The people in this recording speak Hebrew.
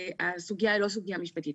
הסוגיה היא לא סוגיה משפטית,